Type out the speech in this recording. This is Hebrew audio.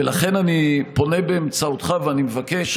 ולכן אני פונה באמצעותך ואני מבקש,